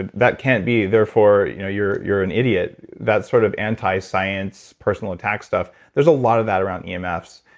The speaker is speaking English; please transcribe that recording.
ah that can't be, therefore you know you're you're an idiot, that sort of anti-science personal attack stuff, there's a lot of that around yeah um emf's.